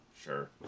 Sure